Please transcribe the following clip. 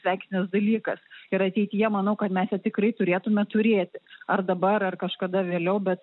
sveikintinas dalykas ir ateityje manau kad mes ją tikrai turėtume turėti ar dabar kažkada vėliau bet